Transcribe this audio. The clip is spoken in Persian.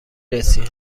رسیم